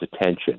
attention